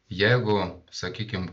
jeigu sakykim